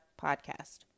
podcast